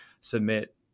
submit